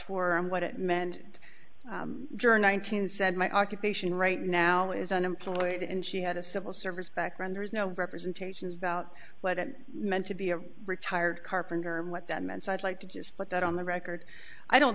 for and what it meant journal nine hundred said my occupation right now is unemployed and she had a civil service background there's no representations about what it meant to be a retired carpenter and what that meant so i'd like to just put that on the record i don't